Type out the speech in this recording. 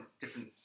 different